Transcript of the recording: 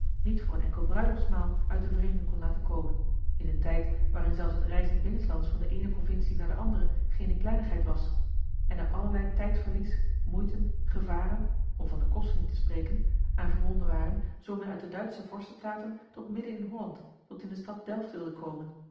niet voor een enkel bruiloftsmaal uit den vreemde kon laten komen in een tijd waarin zelfs het reizen binnenslands van de eene provincie naar de andere geene kleinigheid was en er allerlei tijdverlies moeiten gevaren om van de kosten niet te spreken aan verbonden waren zoo men uit de duitsche vorstenstaten tot midden in holland tot in de stad delft wilde komen